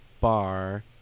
bar